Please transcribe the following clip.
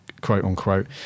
quote-unquote